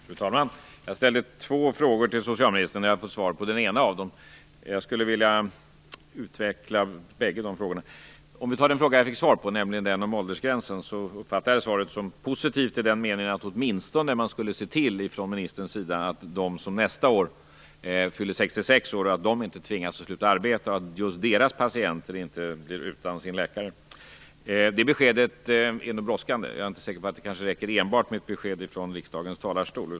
Fru talman! Jag ställde två frågor till socialministern och har fått svar på den ena. Jag skulle vilja utveckla båda frågorna ytterligare. Jag uppfattade svaret jag fick på min fråga om åldersgränsen som positivt i en mening: Ministern skulle åtminstone se till att de läkare som nästa år fyller 66 inte tvingas sluta arbeta och att just deras patienter inte blir utan sin läkare. Det beskedet är brådskande, och jag är inte säker på att det räcker med enbart ett besked ifrån riksdagens talarstol.